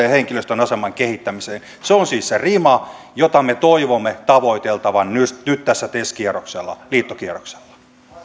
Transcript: ja henkilöstön aseman kehittämiseen se on siis se rima jota me toivomme tavoiteltavan nyt nyt tässä tes kierroksella liittokierroksella